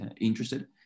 interested